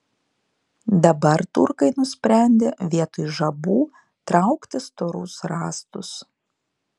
dabar turkai nusprendė vietoj žabų traukti storus rąstus